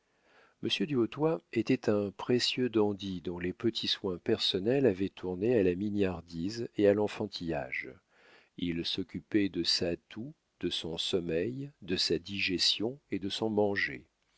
du hautoy était un précieux dandy dont les petits soins personnels avaient tourné à la mignardise et à l'enfantillage il s'occupait de sa toux de son sommeil de sa digestion et de son